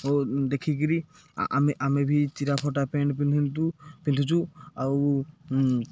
ଓ ଦେଖିକିରି ଆମେ ଆମେ ବି ଚିରା ଫଟା ପେଣ୍ଟ ପିନ୍ଧନ୍ତୁ ପିନ୍ଧୁଛୁ ଆଉ